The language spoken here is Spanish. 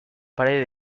pared